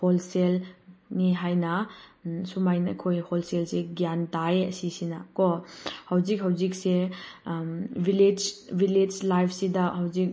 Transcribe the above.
ꯍꯣꯜꯁꯦꯜꯅꯤ ꯍꯥꯏꯅ ꯁꯨꯃꯥꯏꯅ ꯑꯩꯈꯣꯏ ꯍꯣꯜꯁꯦꯜꯁꯦ ꯒ꯭ꯌꯥꯟ ꯇꯥꯏ ꯑꯁꯤꯁꯤꯅ ꯀꯣ ꯍꯧꯖꯤꯛ ꯍꯧꯖꯤꯛꯁꯦ ꯚꯤꯂꯦꯖ ꯚꯤꯂꯦꯖ ꯂꯥꯏꯐꯁꯤꯗ ꯍꯧꯖꯤꯛ